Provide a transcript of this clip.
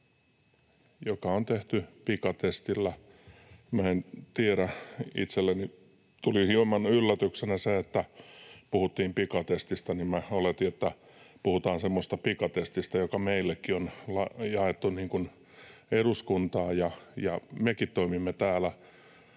joka on tehty pikatestillä. Itselleni tuli hieman yllätyksenä se, että puhuttiin pikatestistä. Minä oletin, että puhutaan semmoisesta pikatestistä, joka meillekin on jaettu eduskuntaan. Mekin toimimme täällä